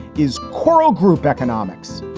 is choral group economics.